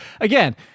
again